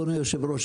אדוני היו"ר,